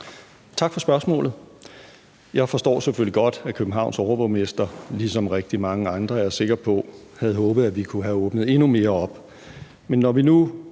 Tak for spørgsmålet. Jeg forstår selvfølgelig godt, at Københavns overborgmester ligesom – er jeg sikker på – rigtig mange andre havde håbet, at vi kunne have åbnet endnu mere op, men når vi nu